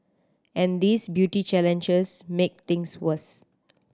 and these beauty challenges make things worse